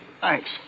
Thanks